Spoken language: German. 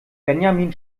benjamin